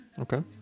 Okay